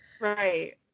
Right